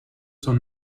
son